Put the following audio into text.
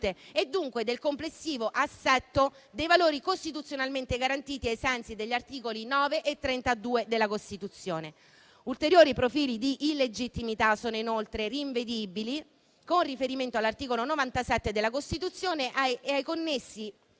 e dunque del complessivo assetto dei valori costituzionalmente garantiti ai sensi degli articoli 9 e 32 della Costituzione. Ulteriori profili di illegittimità sono inoltre rinvenibili con riferimento all'articolo 97 della Costituzione e ai connessi